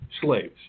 slaves